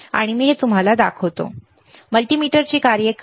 आणि मी तुम्हाला ते दाखवतो मल्टीमीटरची कार्ये